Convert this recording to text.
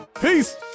Peace